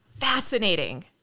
Fascinating